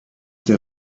der